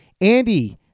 Andy